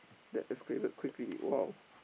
that escalated quickly !wow!